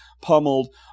pummeled